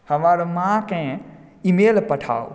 हमर माँकेँ ईमेल पठाउ